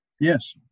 Yes